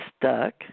stuck